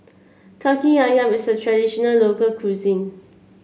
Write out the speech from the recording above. kaki ayam is a traditional local cuisine